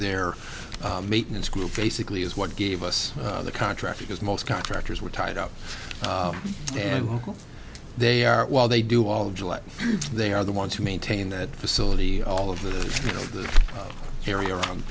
their maintenance crew basically is what gave us the contract because most contractors were tied up and they are while they do all they are the ones who maintain that facility all of the you know the area around